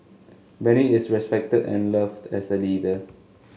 Benny is respected and loved as a leader